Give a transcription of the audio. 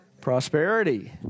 Prosperity